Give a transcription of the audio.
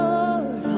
Lord